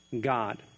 God